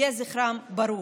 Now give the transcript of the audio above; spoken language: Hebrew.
יהי זכרן ברוך,